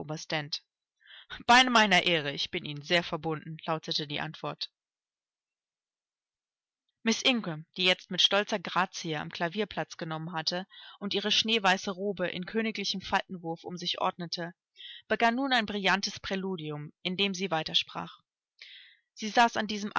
bei meiner ehre ich bin ihnen sehr verbunden lautete die antwort miß ingram die jetzt mit stolzer grazie am klavier platz genommen hatte und ihre schneeweiße robe in königlichem faltenwurf um sich ordnete begann nun ein brillantes präludium indem sie weitersprach sie saß an diesem